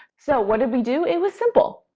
so what did we do? it was simple.